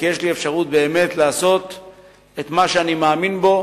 כי יש לי אפשרות לעשות את מה שאני מאמין בו